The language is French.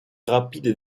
rapide